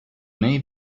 may